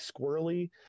squirrely